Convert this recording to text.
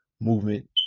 movement